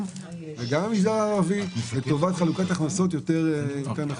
וגם מהמגזר הערבי לטובת חלוקת הכנסות טובה.